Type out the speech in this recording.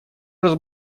раз